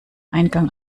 eingang